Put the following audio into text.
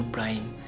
Prime